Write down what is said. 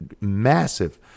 massive